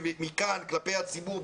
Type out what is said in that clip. ומכאן כלפי הציבור,